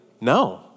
no